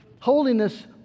holiness